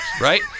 right